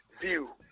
view